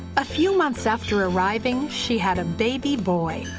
a few months after arriving, she had a baby boy,